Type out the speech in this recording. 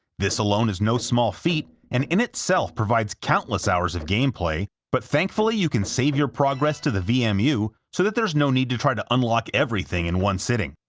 this alone is no small feat, and in itself provides countless hours of gameplay, but thankfully you can save your progress to the vmu, so that there's no need to try to unlock everything in one sitting.